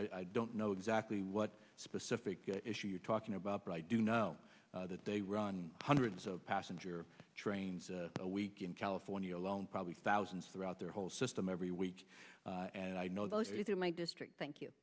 i don't know exactly what specific issue you're talking about but i do know that they run hundreds of passenger trains a week in california alone probably thousands throughout their whole system every week and i know those in my district thank you